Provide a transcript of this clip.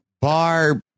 Barb